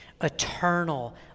eternal